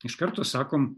iš karto sakom